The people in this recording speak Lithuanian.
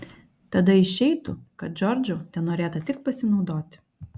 tada išeitų kad džordžu tenorėta tik pasinaudoti